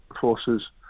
forces